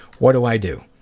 what do i do?